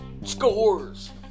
scores